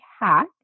hack